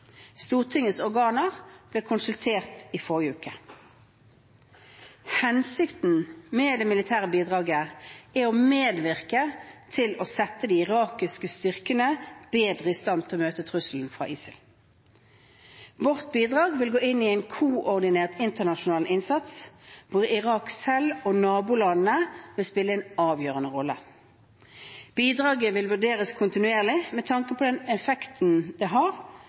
Stortingets organer ble konsultert i forrige uke. Hensikten med det militære bidraget er å medvirke til å sette de irakiske styrkene bedre i stand til å møte trusselen fra ISIL. Vårt bidrag vil gå inn i en koordinert internasjonal innsats, hvor Irak selv og nabolandene vil spille en avgjørende rolle. Bidraget vil vurderes kontinuerlig med tanke på den effekten det har